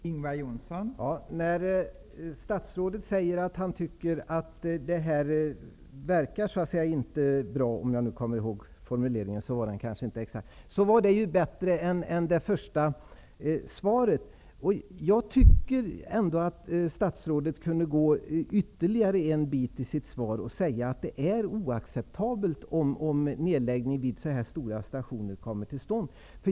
Fru talman! Statsrådets uttalande att detta inte verkar bra -- jag kommer inte ihåg den exakta formuleringen -- var bättre än det första svaret. Jag tycker ändå att statsrådet kunde ta ytterligare ett steg i sitt svar och säga att det är oacceptabelt att lägga ned så här stora stationer.